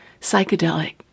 psychedelic